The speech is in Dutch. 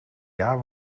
jaar